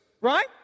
right